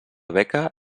beca